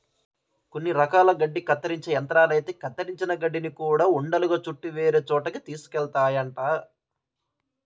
కొన్ని రకాల గడ్డి కత్తిరించే యంత్రాలైతే కత్తిరించిన గడ్డిని గూడా ఉండలుగా చుట్టి వేరే చోటకి తీసుకెళ్తాయంట